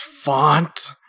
Font